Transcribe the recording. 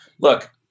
Look